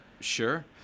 Sure